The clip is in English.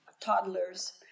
toddlers